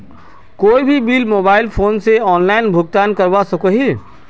कोई भी bill mobile phone से ऑनलाइन भुगतान करवा सकोहो ही?